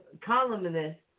columnist